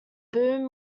boom